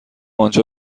آنجا